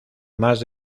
más